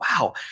wow